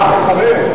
מחבר.